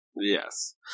Yes